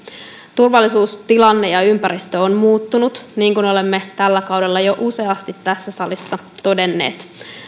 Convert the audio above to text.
turvallisuustilanne ja ympäristö on muuttunut niin kuin olemme tällä kaudella jo useasti tässä salissa todenneet